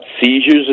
seizures